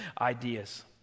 ideas